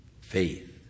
faith